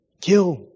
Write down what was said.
kill